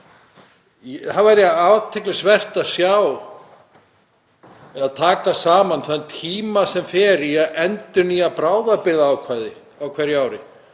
Það væri athyglisvert að taka saman þann tíma sem fer í að endurnýja bráðabirgðaákvæði á hverju ári